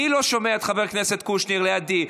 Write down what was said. אני לא שומע את חבר הכנסת קושניר לידי,